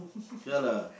real lah